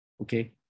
Okay